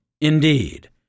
Indeed